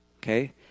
Okay